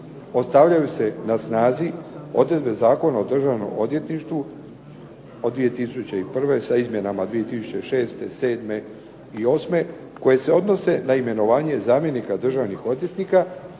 Ostavljaju se na snazi odredbe Zakona o Državnom odvjetništvu od 2001. sa izmjenama 2006., 2007. i 2008. koje se odnose na imenovanje zamjenika državnih odvjetnika